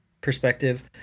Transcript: perspective